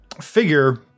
figure